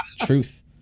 Truth